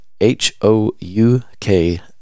h-o-u-k